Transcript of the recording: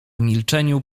milczeniu